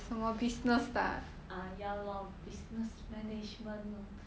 ah yea lor business management lor